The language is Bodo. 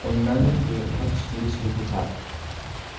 अन्नानै बे तास्क लिस्तखौ बोखार